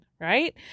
right